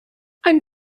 ein